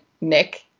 Nick